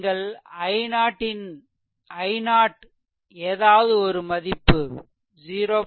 நீங்கள் i0 எதாவது ஒரு மதிப்பு 0